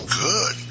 Good